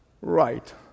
Right